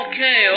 Okay